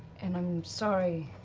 and i'm sorry